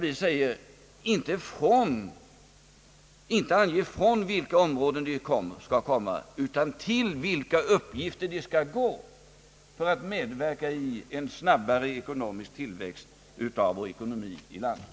Vi anger inte från vilka områden de skall komma utan till vilka uppgifter de skall gå för att medverka till en snabbare tillväxt av ekonomien i landet.